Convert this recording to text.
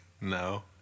No